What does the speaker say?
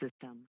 system